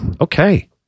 okay